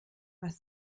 was